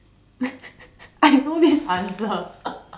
I know this answer